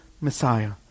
Messiah